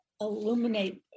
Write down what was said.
illuminate